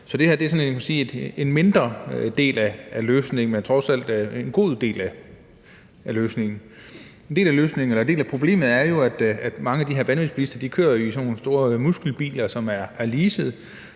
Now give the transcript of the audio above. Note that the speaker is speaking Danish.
kan man sige, en mindre del af løsningen, men trods alt en god del af løsningen. En del af problemet er jo, at mange af de her vanvidsbilister kører i sådan nogle store muskelbiler, som er leaset.